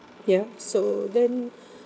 ya so then